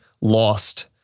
lost